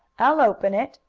i'll open it,